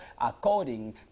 according